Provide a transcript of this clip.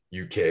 UK